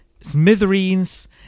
Smithereens